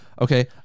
Okay